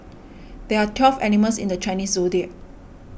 there are twelve animals in the Chinese zodiac